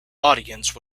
audience